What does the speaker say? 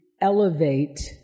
elevate